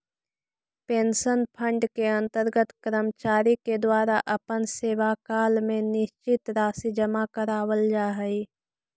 pension fund के अंतर्गत कर्मचारि के द्वारा अपन सेवाकाल में निश्चित राशि जमा करावाल जा हई